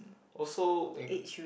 also when